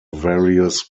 various